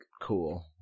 cool